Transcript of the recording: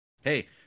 Hey